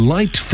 Light